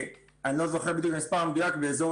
אני לא זוכר בדיוק את המספר המדויק באזור